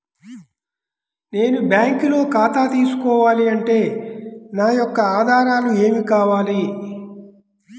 నేను బ్యాంకులో ఖాతా తీసుకోవాలి అంటే నా యొక్క ఆధారాలు ఏమి కావాలి?